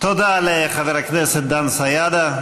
תודה לחבר הכנסת דן סידה.